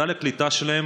סל הקליטה שלהם